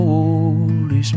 Holy